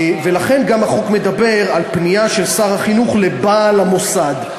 ולכן גם החוק מדבר על פנייה של שר החינוך לבעל המוסד.